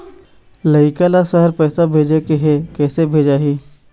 लइका ला शहर पैसा भेजें के हे, किसे भेजाही